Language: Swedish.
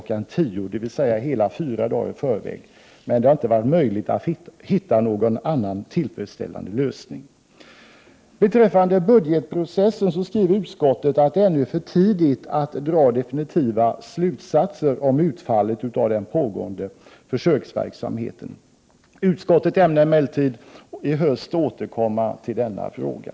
10.00, dvs. hela fyra dagar i förväg. Det har dock inte varit möjligt att finna någon annan tillfredsställande lösning. Beträffande budgetprocessen skriver utskottet att det ännu är för tidigt att dra definitiva slutsatser om utfallet av den pågående försöksverksamheten. Utskottet ämnar emellertid i höst återkomma till denna fråga.